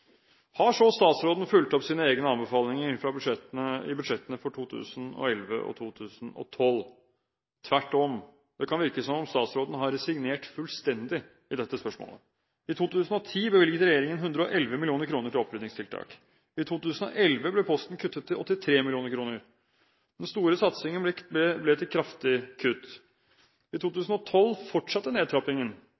Har så statsråden fulgt opp sine egne anbefalinger i budsjettene for 2011 og 2012? Tvert om – det kan virke som om statsråden har resignert fullstendig i dette spørsmålet. I 2010 bevilget regjeringen 111 mill. kr til opprydningstiltak. I 2011 ble posten kuttet til 83 mill. kr. Den store satsingen ble til kraftig kutt. I